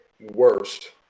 worst